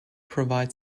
provide